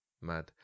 mad